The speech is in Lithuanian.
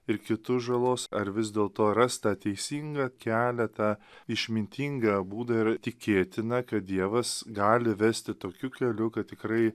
ir kitus žalos ar vis dėlto ras tą teisingą kelią tą išmintingą būdą ir tikėtina kad dievas gali vesti tokiu keliu kad tikrai